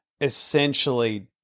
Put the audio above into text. essentially –